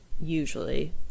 usually